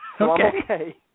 okay